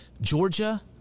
Georgia